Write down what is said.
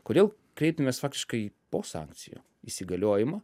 kodėl kreipėmės faktiškai po sankcijų įsigaliojimo